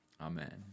Amen